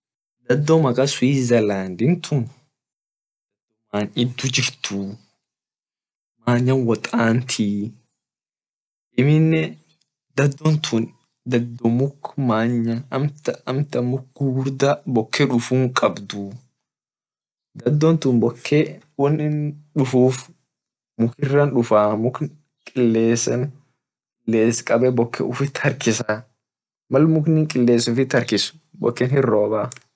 Dado makan switzerland dado many diju jirtuu manya wot antii dado tun aminne dado muk gugurda boke dufun kabduu dadon tun boke won ini dufuu muk gugurdaf dufaa kiles kabe boke ufit harkifnaa mak munni kiles ufir harkis boken hinrobaa.